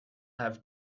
have